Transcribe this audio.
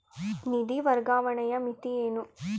ನಿಧಿ ವರ್ಗಾವಣೆಯ ಮಿತಿ ಏನು?